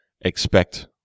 expect